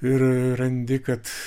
ir randi kad